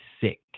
sick